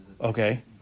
Okay